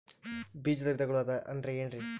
ಬೇಜದ ವಿಧಗಳು ಅಂದ್ರೆ ಏನ್ರಿ?